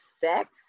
sex